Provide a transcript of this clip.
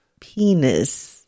penis